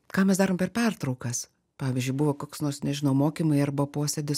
ką mes darom per pertraukas pavyzdžiui buvo koks nors nežinau mokymai arba posėdis